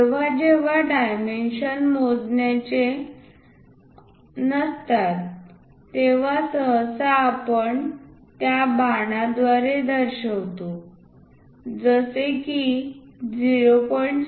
जेव्हा जेव्हा डायमेन्शन्स मोजण्याचे नसतात तेव्हा सहसा आपण त्या बाणा द्वारे दर्शवितो जसे की 0